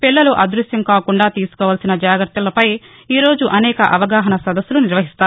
పిల్లలు అదృశ్యం కాకుండా తీసుకోవల్సిన జాగ్రత్తలపై ఈరోజు అనేక అవగాహన సదస్సులు నిర్వహిస్తారు